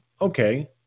okay